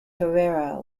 herrera